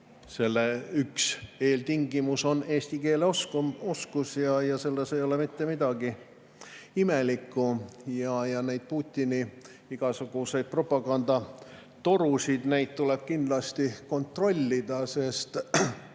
selle üks tingimus on eesti keele oskus. Ja selles ei ole mitte midagi imelikku. Neid Putini igasuguseid propagandatorusid tuleb kindlasti kontrollida, sest